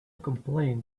complain